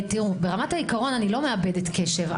ברמת העיקרון אני לא מאבדת קשב,